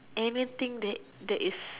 anything that that is